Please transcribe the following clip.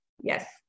Yes